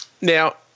Now